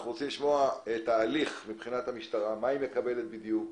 אנחנו רוצים לשמוע את ההליך של המשטרה מה היא מקבלת בדיוק,